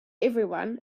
everyone